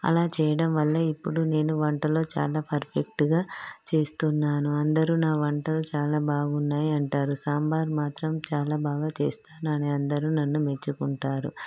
అలా చేయడం వల్ల ఇప్పుడు నేను వంటలో చాలా పర్ఫెక్ట్గా చేస్తున్నాను అందరూ నావంటలు చాలా బాగున్నాయి అంటారు సాంబార్ మాత్రం చాలా బాగా చేస్తున్నాను అందరూ నన్ను మెచ్చుకుంటారు